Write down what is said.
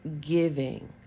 giving